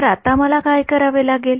तर आता मला काय करावे लागेल